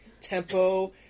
tempo